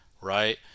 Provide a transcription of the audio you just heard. right